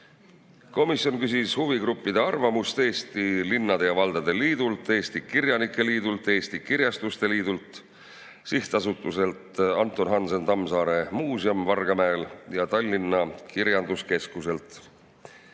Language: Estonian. Komisjon küsis huvigruppide arvamust Eesti Linnade ja Valdade Liidult, Eesti Kirjanike Liidult, Eesti Kirjastuste Liidult, Sihtasutuselt A. H. Tammsaare Muuseum Vargamäel ja Tallinna Kirjanduskeskuselt.